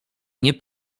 nie